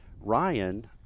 Ryan